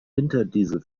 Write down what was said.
winterdiesel